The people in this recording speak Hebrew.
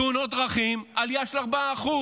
תאונות דרכים, עלייה של 4%;